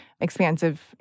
expansive